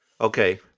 Okay